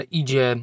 idzie